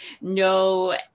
no